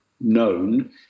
known